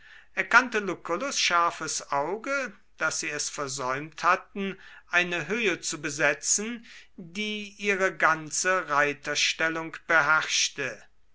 erkannte lucullus scharfes auge daß sie es versäumt hatten eine höhe zu besetzen die ihre ganze reiterstellung beherrschte